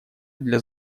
для